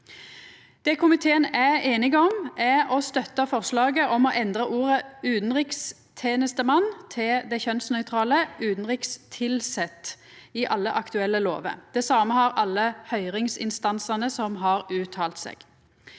Det komiteen er einig om, er å støtta forslaget om å endra ordet «utanrikstenestemann» til det kjønnsnøytrale «utanrikstilsett» i alle aktuelle lover. Det same meiner alle høyringsinstansane som har uttalt seg.